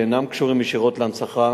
אדוני היושב-ראש,